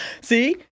see